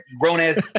grown-ass